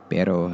Pero